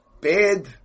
bed